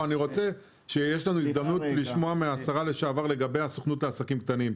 יש לנו הזדמנות לשמוע מהשרה לשעבר לגבי הסוכנות לעסקים קטנים.